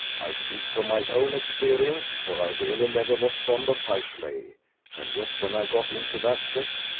i speak from my own experience, for i really never was fond of high play and yet, when i got into that set,